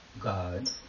God